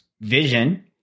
vision